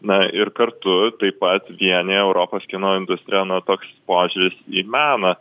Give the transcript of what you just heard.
na ir kartu taip pat vienija europos kino industriją na toks požiūris į meną